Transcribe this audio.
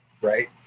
right